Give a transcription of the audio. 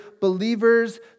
believers